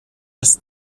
als